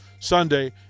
sunday